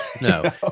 No